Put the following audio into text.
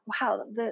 wow